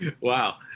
Wow